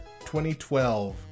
2012